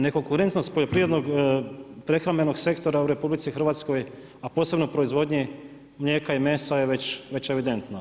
Nekonkurentnost poljoprivrednog prehrambenog sektora u RH, a posebno proizvodnje mlijeka i mesa je već evidentan.